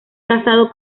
casado